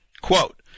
quote